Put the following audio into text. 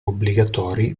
obbligatori